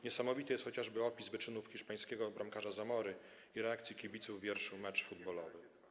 Niesamowity jest chociażby opis wyczynów hiszpańskiego bramkarza Zamory i reakcji kibiców w wierszu „Match footballowy”